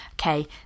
Okay